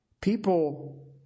People